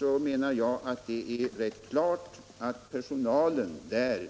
Jag menar att det är klart att personalen sedan